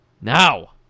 Now